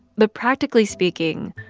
but practically speaking,